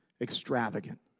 Extravagant